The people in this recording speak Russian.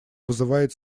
вызывает